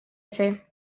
fer